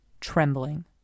trembling